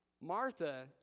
Martha